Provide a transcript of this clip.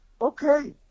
okay